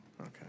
Okay